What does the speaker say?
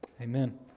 Amen